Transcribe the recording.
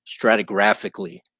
stratigraphically